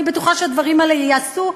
אני בטוחה שהדברים האלה ייעשו.